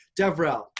DevRel